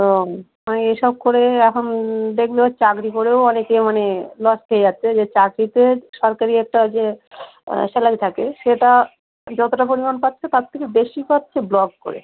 তো আমি এই সব করে এখন দেখলো চাকরি করেও অনেক মানে লস খেয়ে যাচ্ছে যে চাকরিতে সরকারি একটা যে স্যালারি থাকে সেটা যতোটা পরিমাণ পাচ্ছে তার থেকে বেশি পাচ্ছে ব্লগ করে